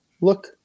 look